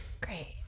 great